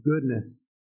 goodness